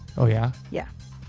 oh yeah. yeah.